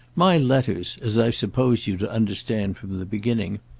my letters, as i've supposed you to understand from the beginning,